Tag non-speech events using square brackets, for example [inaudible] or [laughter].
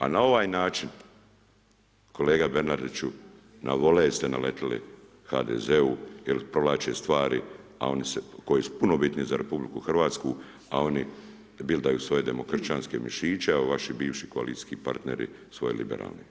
A na ovaj način kolega Bernardiću na ... [unintelligible] ste naletjeli HDZ-u jer provlače stvari a oni se, koje su puno bitniji za RH a oni bildaju svoje demokršćanske mišiće a vaši bivši koalicijski partneri svoje liberalne.